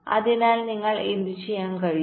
അതിനാൽ നിങ്ങൾക്ക് എന്തുചെയ്യാൻ കഴിയും